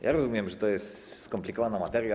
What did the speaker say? Ja rozumiem, że to jest skomplikowana materia.